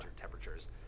temperatures